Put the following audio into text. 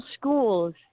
schools